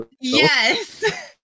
Yes